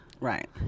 Right